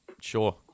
Sure